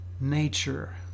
nature